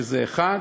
שזה 1%,